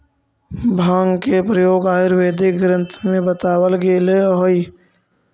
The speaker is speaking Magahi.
भाँग के प्रयोग आयुर्वेदिक ग्रन्थ में बतावल गेलेऽ हई